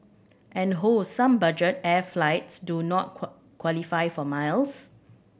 and oh some budget air flights do not qualify for miles